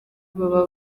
baba